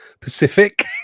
Pacific